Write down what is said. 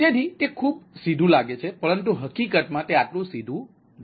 તેથી તે ખૂબ સીધું લાગે છે પરંતુ હકીકતમાં તે આટલું સીધું નથી